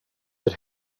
that